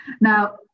Now